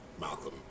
Malcolm